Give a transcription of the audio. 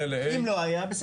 אם לא היה, בסדר.